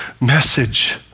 message